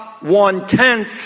one-tenth